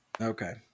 Okay